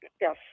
Yes